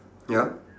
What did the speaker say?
ya